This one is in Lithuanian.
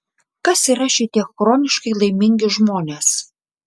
kas yra šitie chroniškai laimingi žmonės